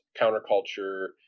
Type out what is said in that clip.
counterculture